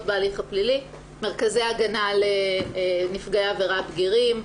בהליך הפלילי: מרכזי הגנה על נפגעי עבירה בגירים,